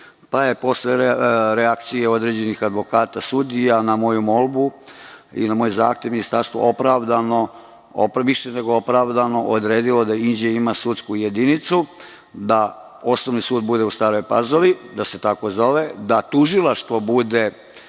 pa je posle reakcije određenih advokata, sudija, na moju molbu i na moj zahtev, Ministarstvo više nego opravdano odredilo da Inđija ima sudsku jedinicu, da osnovni sud bude u Staroj Pazovi, da se tako zove, da tužilaštvo bude